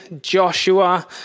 Joshua